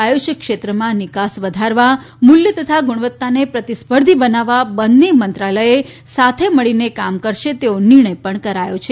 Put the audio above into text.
આયુષ ક્ષેત્રમાં નિકાસ વધારવા મુલ્ય તથા ગુણવત્તાને પ્રતિસ્પર્ધી બનાવવા બંને મંત્રાલયે સાથે મળીને કામ કરશે તેવો નિર્ણય પણ કરાયો છે